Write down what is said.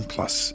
Plus